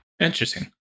Interesting